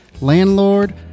landlord